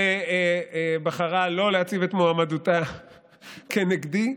שבחרה לא להציב את מועמדותה כנגדי.